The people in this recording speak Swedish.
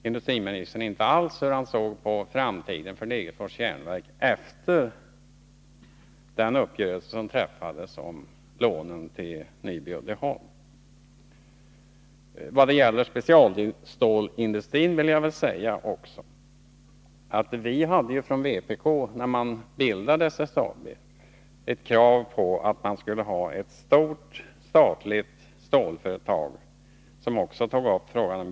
Industriministern nämnde inte hur han såg på framtiden för verket efter den uppgörelse som träffats om lån till Nyby Uddeholm. Vad gäller specialstålsindustrin vill jag tillägga att vpk när SSAB bildades framförde krav på att ett stort statligt stålföretag skulle skapas som också omfattade gruvdriften.